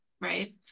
Right